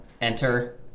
enter